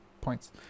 points